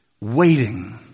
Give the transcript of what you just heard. waiting